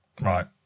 Right